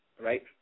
right